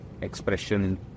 expression